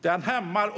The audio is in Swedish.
Det hämmar